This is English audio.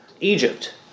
Egypt